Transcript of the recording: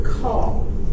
call